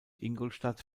ingolstadt